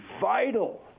vital